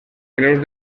creus